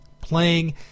playing